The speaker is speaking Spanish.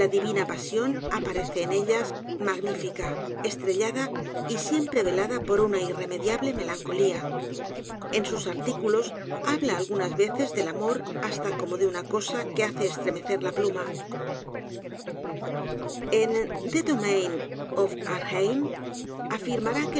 divina pasión aparece en ellas magnífica estrellada y siempre velada por una irremediable melancolía en sus artículos habla algunas veces del amor hasta como de una cosa que hace estremecer la pluma en